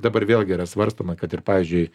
dabar vėlgi yra svarstoma kad ir pavyzdžiui